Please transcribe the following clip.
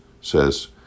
says